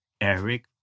Eric